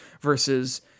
versus